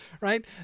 right